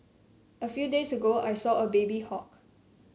a few days ago I saw a baby hawk